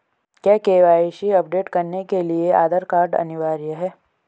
क्या KYC update करने के लिए आधार कार्ड अनिवार्य है?